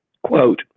Quote